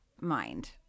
mind